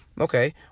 Okay